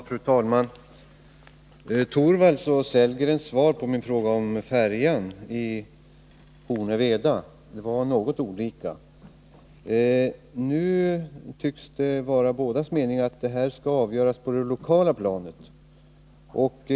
Fru talman! Herrar Torwalds och Sellgrens svar på min fråga om färjan Hornö-Veda var något olika. Nu tycks det vara bådas mening att avgörandet skall ske på det lokala planet.